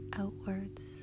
outwards